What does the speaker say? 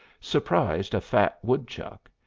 surprised a fat woodchuck,